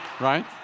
Right